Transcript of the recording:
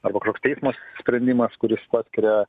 arba kažkoks teismo sprendimas kuris paskiria